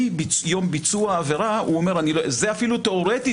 יום ביצוע העבירה הוא אומר: זה אפילו תיאורטית